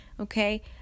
okay